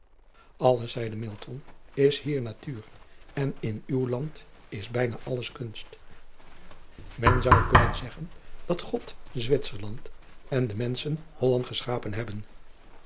alles zeide milton is hier natuur en in uw land is bijna alles kunst men zou kunnen zeggen dat god zwitserland en de menschen holland geschapen hebben